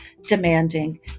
demanding